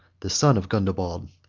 the son of gundobald.